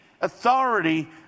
authority